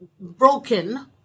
broken